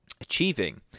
achieving